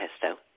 pesto